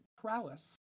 prowess